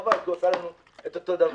חבל שהוא עשה לנו את אותו דבר.